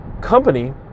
company